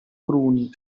cruni